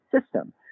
system